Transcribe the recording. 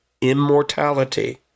immortality